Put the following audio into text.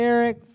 Eric